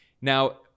now